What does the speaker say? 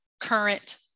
current